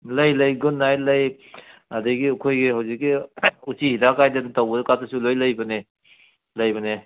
ꯂꯩ ꯂꯩ good night ꯂꯩ ꯑꯗꯒꯤ ꯑꯩꯈꯣꯏꯒꯤ ꯍꯧꯖꯤꯛꯀꯤ ꯎꯆꯤ ꯍꯤꯗꯥꯛꯀꯥꯏꯅ ꯑꯗꯨꯝ ꯇꯧꯕꯒꯥꯗꯨꯁꯨ ꯂꯣꯏ ꯂꯩꯕꯅꯦ ꯂꯩꯕꯅꯦ